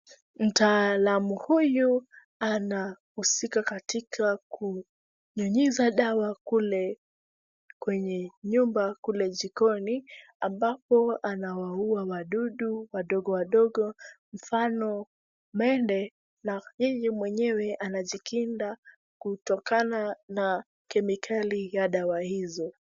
Mtaalamu huyu, anahusika katika kunyunyiza dawa kule kwenye nyumba kule jikoni, ambapo anawaua wadudu wadogo wadogo mfano, mende na yeye mwenyewe anajikinga, kutokana na kemikali ya dawa hizo.